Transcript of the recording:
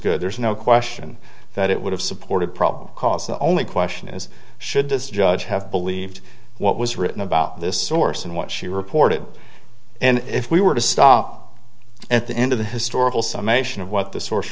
good there's no question that it would have supported probably cause the only question is should this judge have believed what was written about this source and what she reported and if we were to stop at the end of the historical summation of what the source